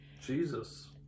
Jesus